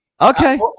Okay